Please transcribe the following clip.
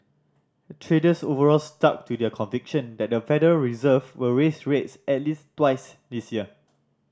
traders overall stuck to their conviction that the Federal Reserve will raise rates at least twice this year